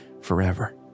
forever